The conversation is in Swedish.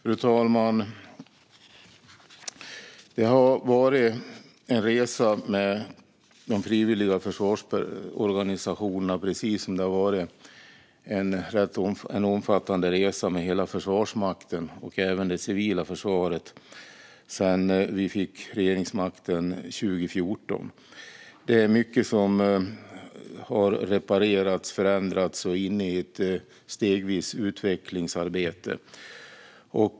Fru talman! Det har varit en resa med de frivilliga försvarsorganisationerna, precis som det har varit en rätt omfattande resa med hela Försvarsmakten och det civila försvaret sedan vi fick regeringsmakten 2014. Det är mycket som har reparerats, förändrats och är inne i ett stegvis utvecklingsarbete.